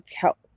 help